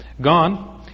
gone